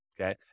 okay